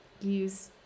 use